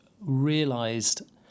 realised